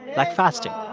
like fasting